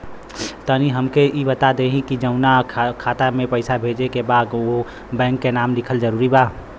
तनि हमके ई बता देही की जऊना खाता मे पैसा भेजे के बा ओहुँ बैंक के नाम लिखल जरूरी बा?